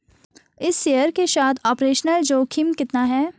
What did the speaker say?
इस शेयर के साथ ऑपरेशनल जोखिम कितना है?